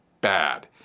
bad